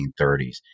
1930s